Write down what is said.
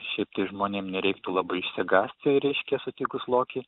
šiaip tai žmonėm nereiktų labai išsigąsti reiškia sutikus lokį